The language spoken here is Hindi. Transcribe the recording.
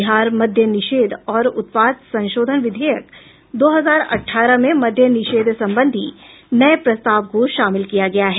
बिहार मद्य निषेध और उत्पाद संशोधन विधेयक दो हजार अठारह में मद्य निषेध संबंधी नये प्रस्ताव को शामिल किया गया है